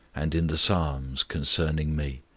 and in the psalms, concerning me.